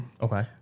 Okay